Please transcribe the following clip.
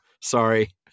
sorry